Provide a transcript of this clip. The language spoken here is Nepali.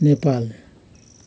नेपाल